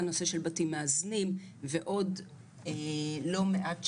אני משערת שאני עוד אחווה ניסיונות